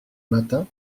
matin